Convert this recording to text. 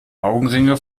augenringe